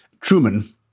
Truman